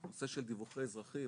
נושא של דיווחי אזרחים,